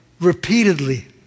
repeatedly